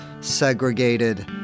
segregated